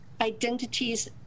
identities